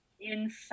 inside